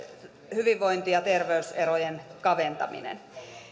hyvinvointi ja terveys erojen kaventaminen